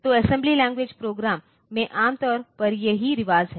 तो assembly language programs में आमतौर पर यही रिवाज है